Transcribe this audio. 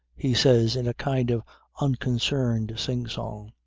he says in a kind of unconcerned sing-song.